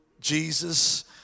Jesus